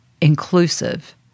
inclusive